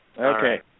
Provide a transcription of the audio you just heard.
Okay